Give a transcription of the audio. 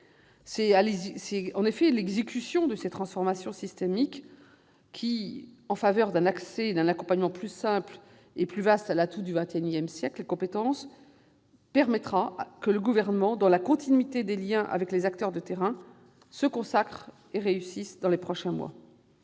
C'est en effet à l'exécution de ces transformations systémiques, en faveur d'un accès et d'un accompagnement plus simples et plus vastes à l'atout du XXI siècle, les compétences, que le Gouvernement, en liaison toujours avec les acteurs de terrain, va se consacrer dans les prochains mois.